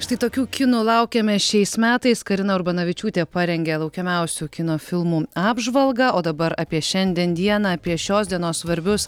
štai tokių kinų laukiame šiais metais karina urbanavičiūtė parengė laukiamiausių kino filmų apžvalgą o dabar apie šiandien dieną apie šios dienos svarbius